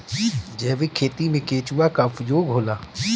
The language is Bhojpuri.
जैविक खेती मे केचुआ का उपयोग होला?